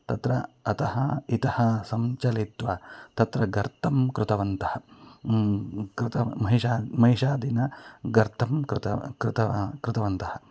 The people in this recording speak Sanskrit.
तत्र अतः इतः संचलित्वा तत्र गर्तं कृतवन्तः कृत महिषा महिषादिनां गर्तं कृतव् कृतवान् कृतवन्तः